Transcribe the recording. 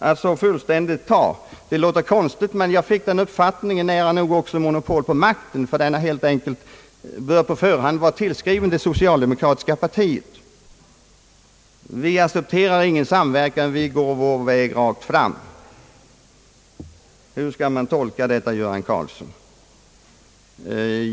Jag fick nära nog det intrycket att han också för partiets del tog monopol på makten, som på förhand tycks böra vara tillskriven det socialdemokratiska partiet: Vi accepterar ingen samverkan, vi går vår väg rakt fram. Hur skall man tolka detta, herr Göran Karlsson?